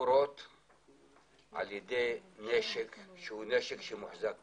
קורים על ידי נשק שהוא נשק שמוחזק ברישיון.